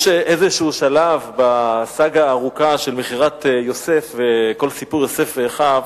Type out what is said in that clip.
יש איזשהו שלב בסאגה הארוכה של מכירת יוסף וכל סיפור יוסף ואחיו,